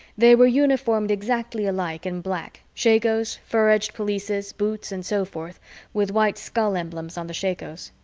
they were uniformed exactly alike in black shakos, fur-edged pelisses, boots, and so forth with white skull emblems on the shakos.